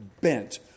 bent